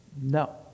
No